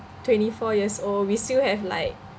twenty four years old we still have like